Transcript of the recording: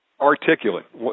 articulate